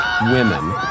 Women